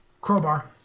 Crowbar